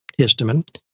histamine